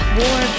war